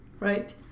Right